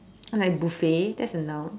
and like buffet that's a noun